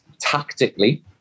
tactically